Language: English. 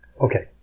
Okay